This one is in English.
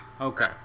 okay